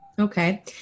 Okay